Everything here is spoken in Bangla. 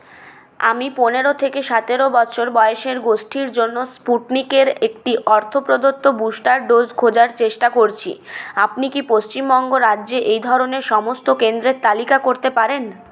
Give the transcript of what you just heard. আমি পনেরো থেকে সতেরো বছর বয়সের গোষ্ঠীর জন্য স্পুটনিকের একটি অর্থ প্রদত্ত বুস্টার ডোজ খোঁজার চেষ্টা করছি আপনি কি পশ্চিমবঙ্গ রাজ্যে এই ধরনের সমস্ত কেন্দ্রের তালিকা করতে পারেন